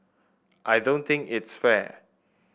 I don't think it's fair